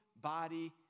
body